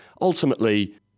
ultimately